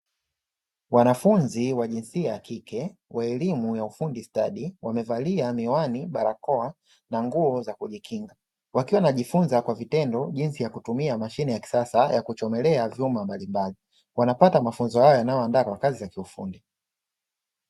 Wanafunzi wa jinsia ya kike wa elimu ya ufundi stadi, wamevalia miwani, barakoa na nguo za kujikinga, wakiwa wanajifunza kwa vitendo jinsi ya kutumia mashine ya kisasa ya kuchomelea vyuma mbalimbali, wanapata mafunzo haya yanaowaandaa kwa kazi ya kiufundi.